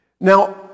Now